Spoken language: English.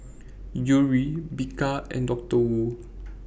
Yuri Bika and Doctor Wu